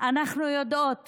אנחנו יודעות